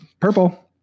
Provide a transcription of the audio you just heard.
purple